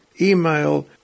email